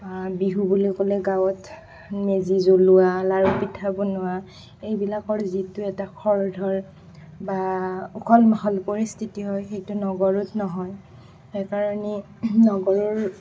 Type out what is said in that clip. বিহু বুলি ক'লে গাঁৱত মেজি জ্বলোৱা লাৰু পিঠা বনোৱা এইবিলাকৰ যিটো এটা খৰ ধৰ বা উখল মাখল পৰিস্থিতি হয় সেইটো নগৰত নহয় সেইকাৰণে নগৰৰ